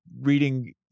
reading